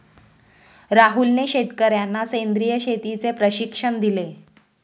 राहुलने शेतकर्यांना सेंद्रिय शेतीचे प्रशिक्षण दिले